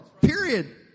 Period